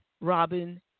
Robin